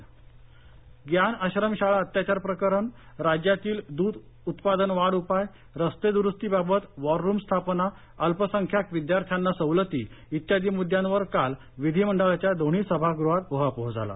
विधिमंडळ कामकाज मुदुला ग्यान आश्रमशाळा अत्याचार प्रकरण राज्यातील दुग्ध उत्पादन वाढ उपाय रस्ते दुरुस्तीबाबत वॉररूम स्थापना अल्पसंख्यांक विद्यार्थ्यांना सवलती इत्यादी मुद्यांवर काल विधी मंडळाच्या दोन्ही सभागृहात उहापोह झाला